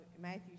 Matthew